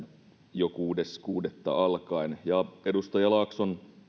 jo kuudes kuudetta alkaen ja edustaja laakson